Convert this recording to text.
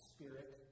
Spirit